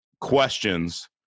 questions